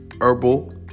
herbal